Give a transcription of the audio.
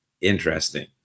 interesting